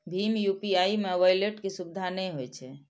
भीम UPI मे wallet के सुविधा नै होइ छै